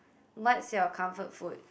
what's your comfort food